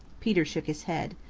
peter shook his head.